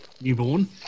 newborn